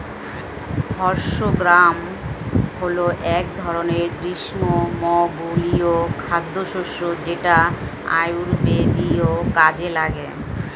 horse gram হল এক ধরনের গ্রীষ্মমণ্ডলীয় খাদ্যশস্য যেটা আয়ুর্বেদীয় কাজে লাগে